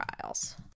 trials